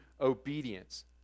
obedience